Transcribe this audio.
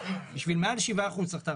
בשביל מעל 7% צריך את הארצית.